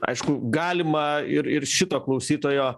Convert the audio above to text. aišku galima ir ir šito klausytojo